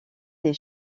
des